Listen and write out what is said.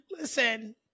Listen